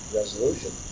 resolution